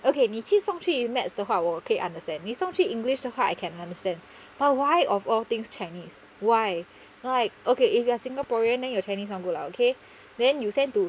okay 你去送去 maths 的话我可以 understand 你送去 english 的话 I can understand but why of all things chinese why like okay if you are singaporean then your chinese not good lah okay then you send to